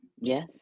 yes